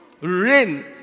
Rain